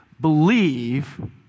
Believe